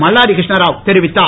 மல்லாடி கிருஷ்ணராவ் தெரிவித்தார்